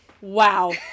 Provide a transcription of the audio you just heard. Wow